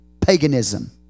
Paganism